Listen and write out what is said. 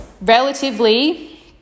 relatively